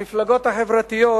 המפלגות החברתיות,